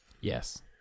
Yes